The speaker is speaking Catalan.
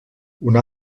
una